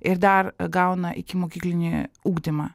ir dar gauna ikimokyklinį ugdymą